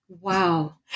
Wow